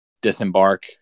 disembark